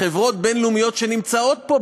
שחברות בין-לאומיות שנמצאות פה,